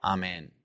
Amen